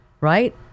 right